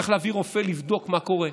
צריך להביא רופא לבדוק מה קורה.